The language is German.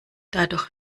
dadurch